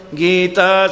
gita